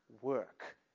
work